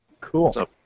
Cool